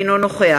אינו נוכח